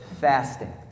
Fasting